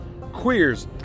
queers